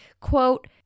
quote